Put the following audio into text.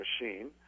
machine